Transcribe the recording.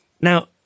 Now